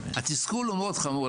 התסכול הוא מאוד חמור,